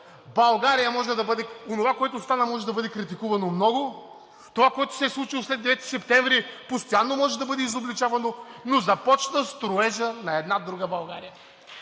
България онова, което стана, може да бъде критикувано много, това, което се е случило след 9 септември, постоянно може да бъде изобличавано, но започна строежът на една друга България